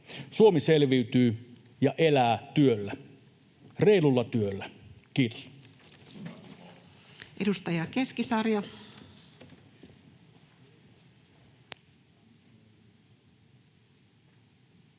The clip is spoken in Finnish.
Suomi selviytyy ja elää työllä, reilulla työllä. — Kiitos.